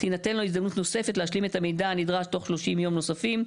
תינתן לו הזדמנות נוספת להשלים את המידע הנדרש תוך 30 יום נוספים.